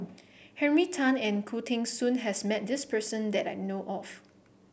Henry Tan and Khoo Teng Soon has met this person that I know of